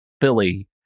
Philly